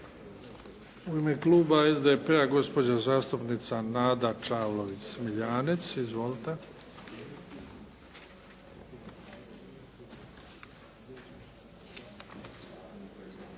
U ime kluba SDP-a, gospođa zastupnica Nada Čavlović Smiljanec. Izvolite.